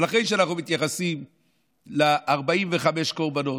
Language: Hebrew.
אבל אחרי שאנחנו מתייחסים ל-45 קורבנות,